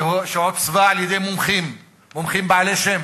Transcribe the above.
שעוצבה על-ידי מומחים, מומחים בעלי שם,